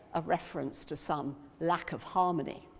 a reference to some lack of harmony?